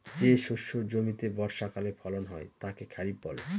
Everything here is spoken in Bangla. যে শস্য জমিতে বর্ষাকালে ফলন হয় তাকে খরিফ বলে